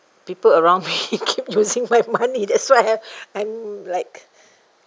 people around me keep using my money that's why I'm like